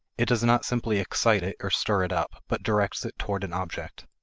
it does not simply excite it or stir it up, but directs it toward an object.